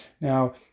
Now